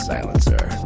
Silencer